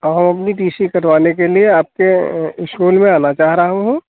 और हम अपनी टी सी कटवाने के लिए आपके इस्कूल में आना चाह रहा हूँ